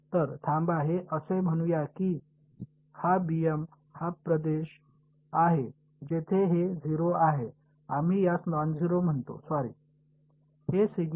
तर थांबा हे असे म्हणूया की हा हा प्रदेश आहे जेथे हे 0 आहे आम्ही यास नॉन शून्य म्हणतो सॉरी हे सिग्मा m